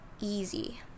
easy